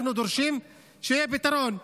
אנחנו דורשים שיהיה פתרון.